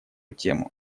тему